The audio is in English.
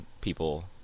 People